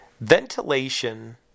Ventilation